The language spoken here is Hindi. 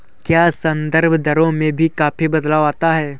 क्या संदर्भ दरों में भी काफी बदलाव आता है?